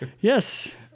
Yes